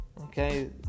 okay